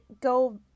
go